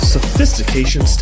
Sophistication